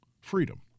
freedom